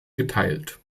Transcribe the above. geteilt